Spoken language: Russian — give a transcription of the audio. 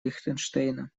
лихтенштейна